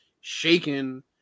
shaken